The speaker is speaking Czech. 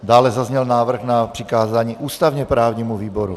Dále zazněl návrh na přikázání ústavněprávnímu výboru.